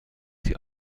sie